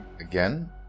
again